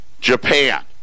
Japan